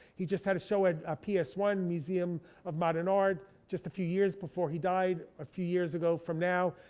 he just had to show a p s one museum of modern art, just a few years before he died, a few years ago from now.